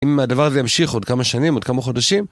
אם הדבר הזה ימשיך עוד כמה שנים, עוד כמה חודשים,